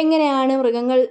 എങ്ങനെയാണ് മൃഗങ്ങള്